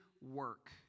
work